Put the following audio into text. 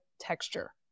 texture